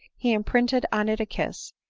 he imprinted on it a kiss,